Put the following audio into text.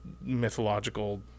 mythological